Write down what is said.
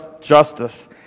justice